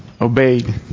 obeyed